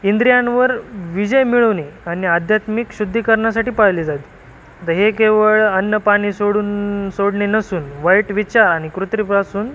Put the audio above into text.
इंद्रियांवर विजय मिळवणे आणि आध्यात्मिक शुद्धीकरणासाठी पाळली जाते आता हे केवळ अन्नपाणी सोडून सोडणे नसून वाईट विचार आणि कृतिपासून